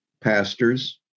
pastors